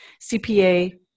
CPA